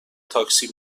تاکسی